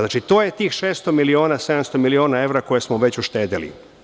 Znači, to je tih 600 miliona, 700 miliona evra koje smo već uštedeli.